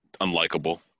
unlikable